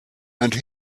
and